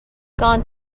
gone